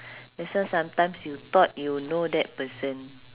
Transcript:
that's why sometimes you thought you know that person